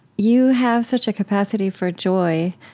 you have such a capacity for joy,